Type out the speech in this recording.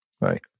Right